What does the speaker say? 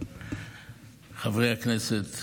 חברי הכנסת,